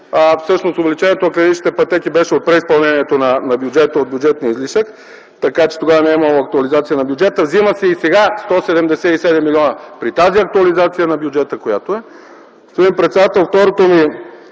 Всъщност увеличението на клиничните пътеки беше от преизпълнението на бюджета, от бюджетния излишък, така че тогава не е имало актуализация на бюджета, вземат се и сега 177 милиона при тази актуализация на бюджета. Господин председател, второто ми